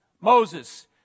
Moses